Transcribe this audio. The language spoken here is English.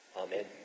Amen